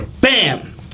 Bam